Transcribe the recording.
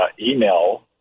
email